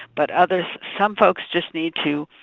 but others, some folks just need to,